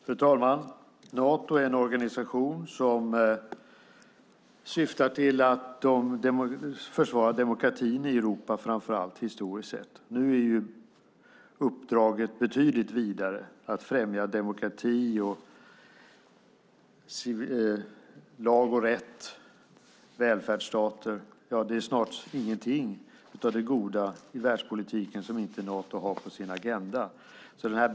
Fru talman! Nato är en organisation som syftar till att försvara demokratin i Europa, framför allt historiskt sett. Nu är uppdraget betydligt vidare: att främja demokrati, lag och rätt, välfärdsstaten. Det är snart ingenting av det goda i världspolitiken som inte Nato har på sin agenda.